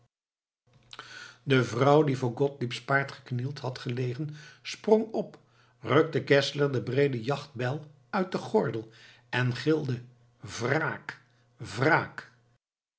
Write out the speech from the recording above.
de vrouw die voor gottliebs paard geknield had gelegen sprong op rukte geszler de breede jachtbijl uit den gordel en gilde wraak wraak